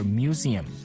museum